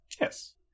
Yes